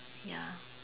ya